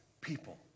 people